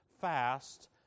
fast